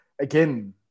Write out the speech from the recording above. again